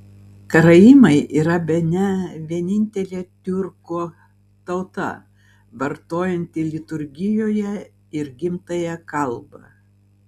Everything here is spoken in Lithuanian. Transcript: karaimai yra bene vienintelė tiurkų tauta vartojanti liturgijoje ir gimtąją kalbą